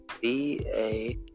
B-A